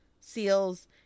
seals